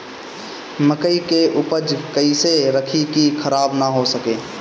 मकई के उपज कइसे रखी की खराब न हो सके?